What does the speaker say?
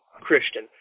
Christian